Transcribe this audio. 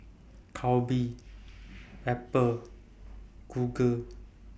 Calbee Apple Google